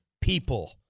people